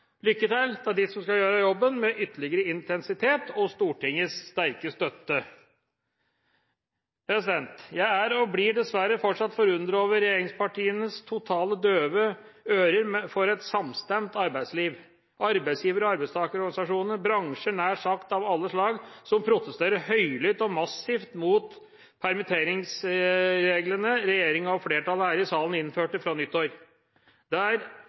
Lykke til til dem som skal gjøre jobben, med ytterligere intensitet og Stortingets sterke støtte! Jeg er og blir dessverre fortsatt forundret over regjeringspartienes totalt døve ører for et samstemt arbeidsliv. Arbeidsgiver- og arbeidstakerorganisasjonene og bransjer av nær sagt alle slag protesterer høylytt og massivt mot permitteringsreglene regjeringa og flertallet her i salen innførte fra nyttår.